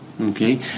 Okay